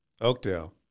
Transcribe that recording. Oakdale